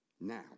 now